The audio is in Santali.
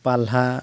ᱯᱟᱞᱦᱟ